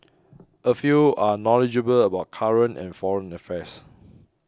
a few are knowledgeable about current and foreign affairs